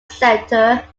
centre